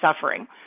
suffering